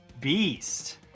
Beast